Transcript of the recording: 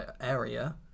area